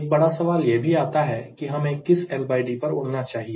एक बड़ा सवाल यह भी आता है कि हमें किस LD पर उड़ना चाहिए